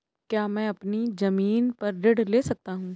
क्या मैं अपनी ज़मीन पर ऋण ले सकता हूँ?